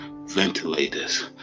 ventilators